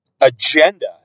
agenda